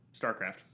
StarCraft